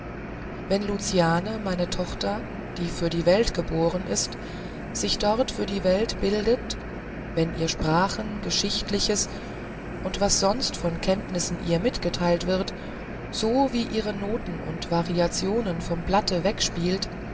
wenn luciane meine tochter die für die welt geboren ist sich dort für die welt bildet wenn sie sprachen geschichtliches und was sonst von kenntnissen ihr mitgeteilt wird so wie ihre noten und variationen vom blatte